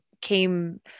came